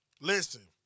Listen